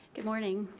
good morning,